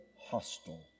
hostile